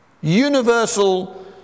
universal